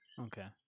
Okay